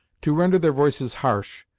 to render their voices harsh,